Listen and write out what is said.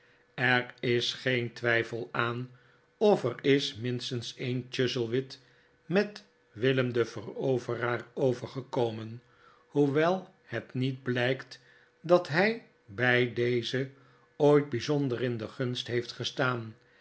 er is geen twijfel aan of er is minstens een chuzzlewit met will'em den veroveraar overgekomen hoewel het niet blijkt dat hij bij dezen ooit bijzonder in de gunst heeft gestaan